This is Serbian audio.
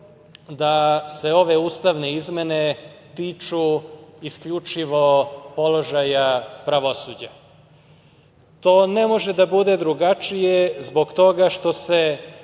da se ove ustavne izmene tiču isključivo položaja pravosuđa. To ne može da bude drugačije zbog toga što se